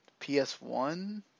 PS1